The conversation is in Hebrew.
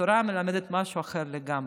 התורה מלמדת משהו אחר לגמרי.